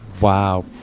Wow